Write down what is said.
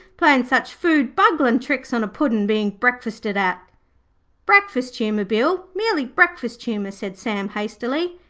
playing such foodbungling tricks on a puddin being breakfasted at breakfast humour, bill, merely breakfast humour said sam hastily.